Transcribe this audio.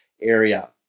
area